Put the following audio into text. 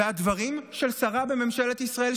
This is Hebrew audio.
והדברים של שרה בממשלת ישראל,